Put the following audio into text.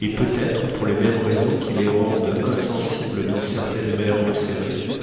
et peut-être pour les mêmes raisons qui les rendent insensibles dans certaines mers resserrées